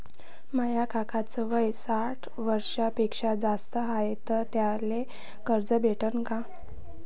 माया काकाच वय साठ वर्षांपेक्षा जास्त हाय तर त्याइले कर्ज भेटन का?